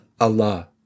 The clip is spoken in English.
Allah